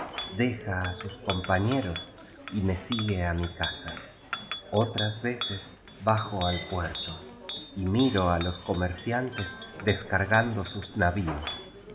deja á sus compañe ros y me sigue á mi casa otras veces bajo al puerto y miro á los comerciantes descargando sus navios